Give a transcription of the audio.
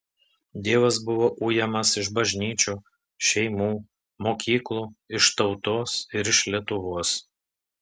dievas buvo ujamas iš bažnyčių šeimų mokyklų iš tautos ir iš lietuvos